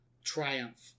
triumph